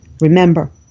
Remember